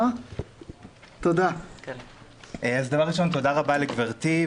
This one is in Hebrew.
תודה רבה לגברתי,